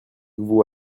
vous